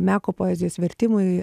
meko poezijos vertimai